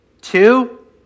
Two